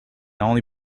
only